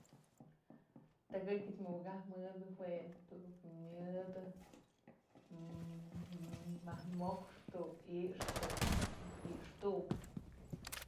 Tëkëkyëch mukakap mëdë jue dun myëdë majk moxë, tu'uk i'ix, tu'uk ix'xë tu'uk.